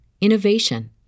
innovation